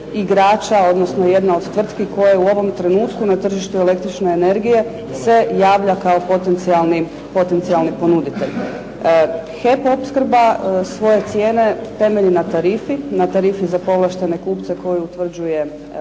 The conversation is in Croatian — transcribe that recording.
igrača, odnosno jedna od tvrtki koja u ovom trenutku na tržištu električne energije se javlja kao potencijalni ponuditelj. HEP opskrba svoje cijene temelji na tarifi, na tarifi za povlaštene kupce koji utvrđuje HERA